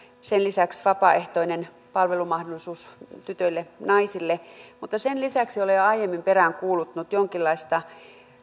sen lisäksi vapaaehtoinen palvelumahdollisuus tytöille naisille mutta sen lisäksi olen jo aiemmin peräänkuuluttanut jonkinlaista